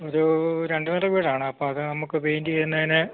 ഒരു രണ്ട് നില വീടാണ് അപ്പം അത് നമുക്ക് പെയിൻറ്റ് ചെയ്യുന്നതിന്